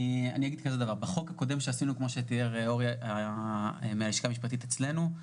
בחוק הקודם, כפי שתיאר אורי מהלשכה המשפטית אצלנו,